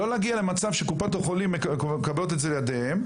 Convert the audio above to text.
לא להגיע למצב שקופות החולים מקבלות את זה לידיהם,